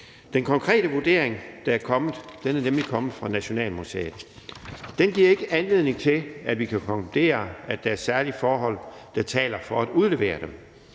Den konkrete vurdering, der er kommet, er nemlig kommet fra Nationalmuseet. Den giver ikke anledning til, at vi kan konkludere, at der er særlige forhold, der taler for at udlevere de